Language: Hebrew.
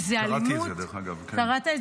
כי זו אלימות -- דרך אגב, קראתי על זה.